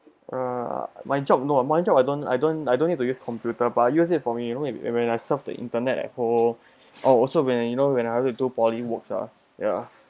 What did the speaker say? uh my job no my job I don't I don't I don't need to use computer but I use it for me you know when I surf the internet at home or also when you know when I have to do poly work ah ya